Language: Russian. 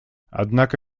однако